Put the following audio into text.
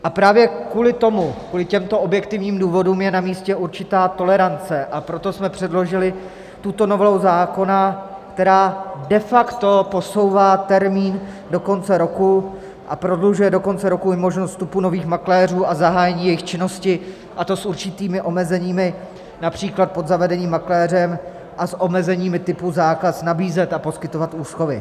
A právě kvůli tomu, kvůli těmto objektivním důvodům, je na místě určitá tolerance, a proto jsme předložili tuto novelu zákona, která de facto posouvá termín do konce roku a prodlužuje do konce roku i možnost vstupu nových makléřů a zahájení jejich činnosti, a to s určitými omezeními, například pod zavedeným makléřem a s omezeními typu zákaz nabízet a poskytovat úschovy.